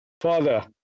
Father